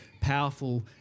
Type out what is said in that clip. powerful